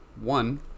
one